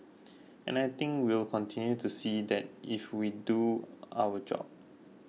and I think we'll continue to see that if we do our job